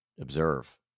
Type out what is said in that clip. observe